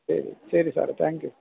ശരി ശരി സാറെ താങ്ക് യൂ